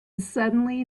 suddenly